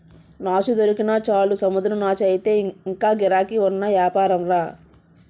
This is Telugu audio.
నాచు దొరికినా చాలు సముద్రం నాచయితే ఇంగా గిరాకీ ఉన్న యాపారంరా